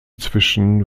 zwischen